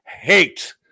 hate